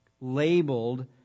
labeled